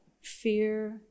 fear